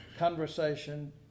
conversation